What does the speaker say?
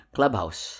Clubhouse